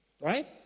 Right